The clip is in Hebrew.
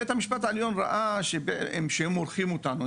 בית המשפט העליון ראה שהם מורחים אותנו,